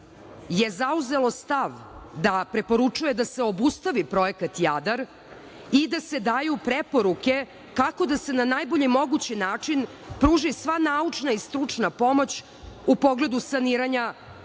je zauzelo stav da preporučuje da se obustavi Projekat "Jadar" i da se daju preporuke kako da se na najbolji mogući način pruži sva naučna i stručna pomoć u pogledu saniranja